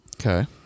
Okay